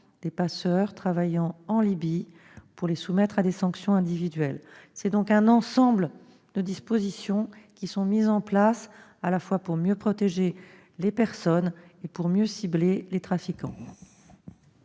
des passeurs travaillant en Libye afin de les soumettre à des sanctions individuelles. C'est donc un ensemble de dispositions qui sont mises en place à la fois pour mieux protéger les personnes et pour mieux cibler les trafiquants.